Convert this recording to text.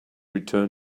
return